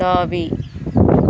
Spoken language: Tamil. தாவி